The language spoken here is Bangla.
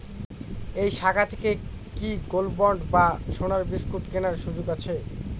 এই শাখা থেকে কি গোল্ডবন্ড বা সোনার বিসকুট কেনার সুযোগ আছে?